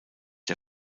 der